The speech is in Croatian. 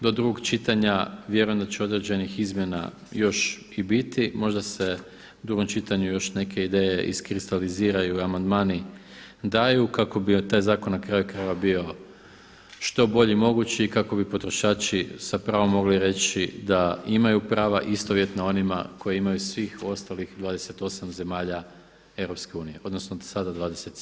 Do drugog čitanja vjerujem da će određenih izmjena još i biti, možda se u drugom čitanju još neke ideje iskristaliziraju i amandmani daju kako bi taj zakon na kraju krajeva bio što bolji mogući kako bi potrošači sa pravom mogli reći da imaju prava istovjetna onima koja imaju svih ostalih 28 zemalja EU odnosno sada 27.